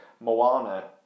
Moana